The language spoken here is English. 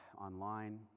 online